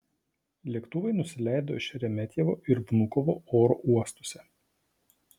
lėktuvai nusileido šeremetjevo ir vnukovo oro uostuose